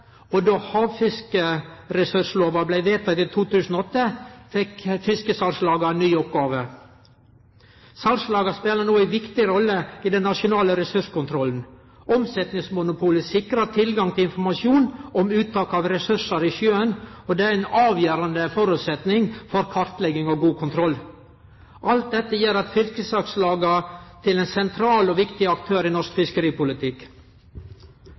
Då havressurslova blei vedteken i 2008, fekk fiskesalslaga nye oppgåver. Salslaga spelar no ei viktig rolle i den nasjonale ressurskontrollen. Omsetningsmonopolet sikrar tilgang til informasjon om uttak av ressursar i sjøen, og det er ein avgjerande føresetnad for kartlegging og god kontroll. Alt dette gjer fiskesalslaga til sentrale og viktige aktørar i norsk fiskeripolitikk.